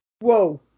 Whoa